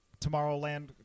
Tomorrowland